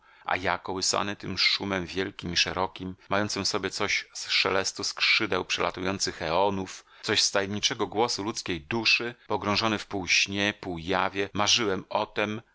a ja kołysany tym szumem wielkim i szerokim mającym w sobie coś z szelestu skrzydeł przelatujących eonów coś z tajemniczego głosu ludzkiej duszy pogrążony w pół-śnie pół-jawie marzyłem o tem